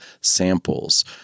samples